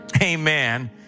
Amen